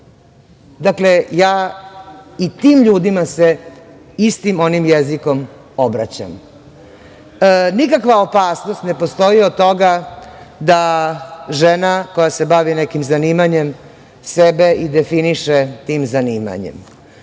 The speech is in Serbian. Dakle, ja se i tim ljudima istim onim jezikom obraćam. Nikakva opasnost ne postoji od toga da žena koja se bavi nekim zanimanjem sebe i definiše tim zanimanjem.